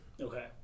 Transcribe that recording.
Okay